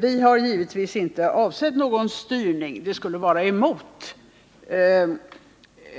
Vi har givetvis inte avsett någon styrning — det skulle vara emot